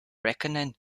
reckoning